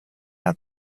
out